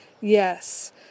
yes